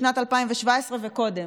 בשנת 2017 וקודם.